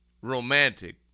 romantic